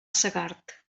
segart